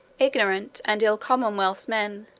ignorant, and ill common-wealth's men,